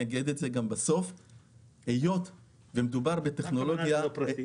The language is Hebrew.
ואגיד את זה גם בסוף -- מה הכוונה שזה ללא שימוש בפרטי?